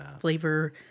flavor